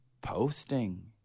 posting